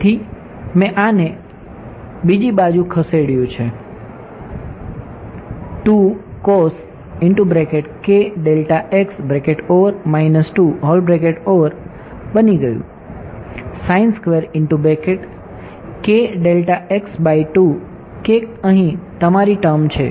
તેથી મેં આને બીજી બાજુ ખસેડ્યું જે બની ગયું કે અહીં તમારી ટર્મ છે